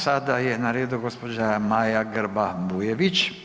Sada je na redu gospođa Maja Grba Bujević,